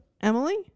emily